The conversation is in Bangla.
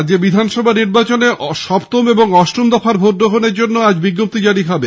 রাজ্য বিধানসভা নির্বাচনে সপ্তম ও অষ্টম দফার ভোট গ্রহণের জন্য আজ বিজ্ঞপ্তি জারি হবে